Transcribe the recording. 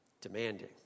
demanding